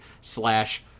slash